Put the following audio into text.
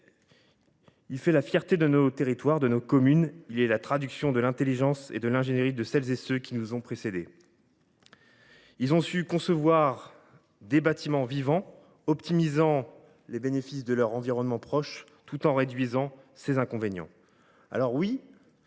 Il fait la fierté de nos territoires, de nos communes. Il est la traduction de l’intelligence et de l’ingénierie de ceux qui nous ont précédés. Ceux ci ont su concevoir des bâtiments vivants, optimisant les bénéfices de leur environnement proche tout en réduisant ses inconvénients. Le bâti